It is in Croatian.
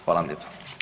Hvala vam lijepo.